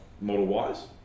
model-wise